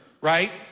Right